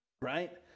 right